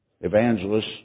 Evangelists